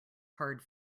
hard